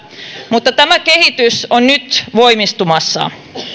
mutta tämä kehitys on nyt voimistumassa